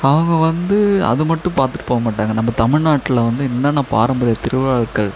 அவங்க வந்து அதுமட்டும் பார்த்துட்டு போகமாட்டாங்க நம்ம தமிழ்நாட்டில் வந்து என்னென்ன பாரம்பரிய திருவிழாக்கள்